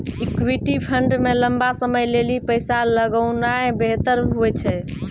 equity fund मे लंबा समय लेली पैसा लगौनाय बेहतर हुवै छै